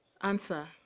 Answer